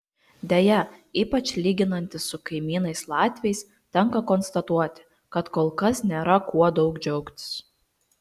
deja ypač lyginantis su kaimynais latviais tenka konstatuoti kad kol kas nėra kuo daug džiaugtis